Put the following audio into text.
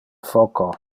foco